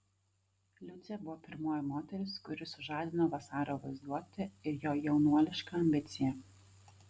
liucė buvo pirmoji moteris kuri sužadino vasario vaizduotę ir jo jaunuolišką ambiciją